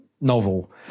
novel